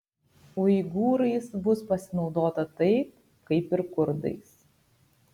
uigūrais bus pasinaudota taip kaip ir kurdais